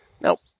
Nope